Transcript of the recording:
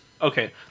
okay